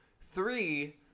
three